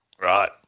Right